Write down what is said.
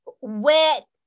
wet